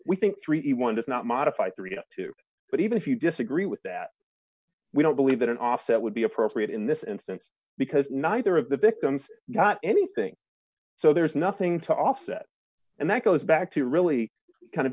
we think thirty one does not modify three or two but even if you disagree with that we don't believe that an offset would be appropriate in this instance because neither of the victims got anything so there's nothing to offset and that goes back to really kind of